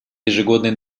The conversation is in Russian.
ежегодный